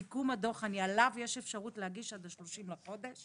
סיכום הדוח יש אפשרות להגיש עליו התייחסות עד ה-30 בחודש